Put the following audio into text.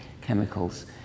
chemicals